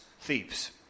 thieves